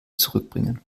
zurückbringen